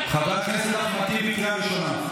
חבר הכנסת אחמד טיבי, קריאה ראשונה.